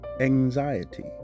anxiety